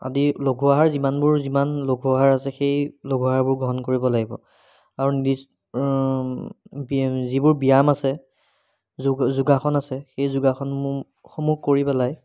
আদি লঘু আহাৰ যিমানবোৰ যিমান লঘু আহাৰ আছে সেই লঘু আহাৰবোৰ গ্ৰহণ কৰিব লাগিব আৰু নিজ যিবোৰ ব্যায়াম আছে যোগ যোগাসন আছে সেই যোগাসন সমূহ কৰি পেলাই